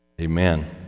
Amen